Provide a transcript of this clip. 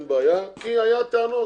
כי היו טענות.